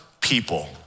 people